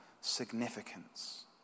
significance